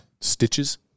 stitches